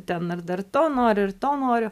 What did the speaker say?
ten ir dar to noriu ir to noriu